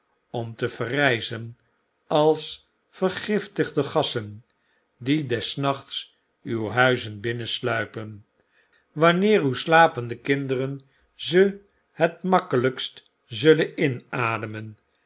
om te verrigzen als vergiftigde gassen die des nachts uw huizen binnensluipen wanneer uw slapende kinderen ze het makkelykst zullen inademen